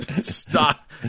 Stop